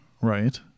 Right